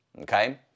Okay